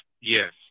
Yes